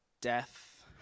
death